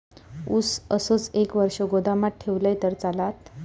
ऊस असोच एक वर्ष गोदामात ठेवलंय तर चालात?